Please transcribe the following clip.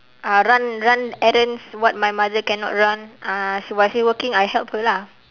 uh run run errands what my mother cannot run uh she while she working I help her lah